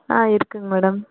ஆ இருக்குங்க மேடம்